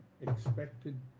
expected